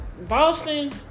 Boston